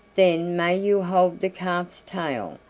then may you hold the calf's tail,